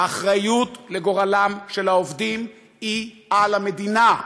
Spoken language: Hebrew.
האחריות לגורלם של העובדים היא של המדינה.